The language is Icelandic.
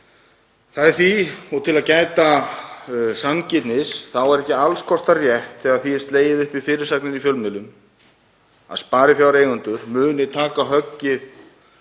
þess tíma. Til að gæta sanngirni þá er ekki alls kostar rétt þegar því er slegið upp í fyrirsögnum fjölmiðla að sparifjáreigendur muni taka höggið